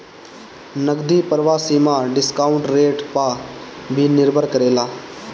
नगदी प्रवाह सीमा डिस्काउंट रेट पअ भी निर्भर करेला